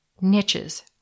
niches